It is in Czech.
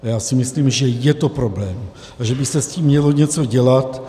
Já si myslím, že je to problém a že by se s tím mělo něco dělat.